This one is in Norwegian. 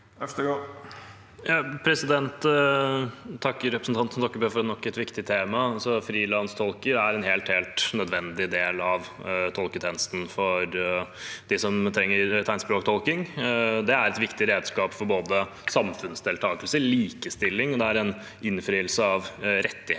Stokkebø for et spørsmål om nok et viktig tema. Frilanstolker er en helt nødvendig del av tolketjenesten for dem som trenger tegnspråktolking. Det er et viktig redskap for både samfunnsdeltakelse og likestilling, og det er en innfrielse av rettigheter,